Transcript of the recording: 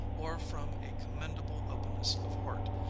or from a commendable openness of heart,